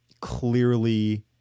clearly